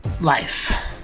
life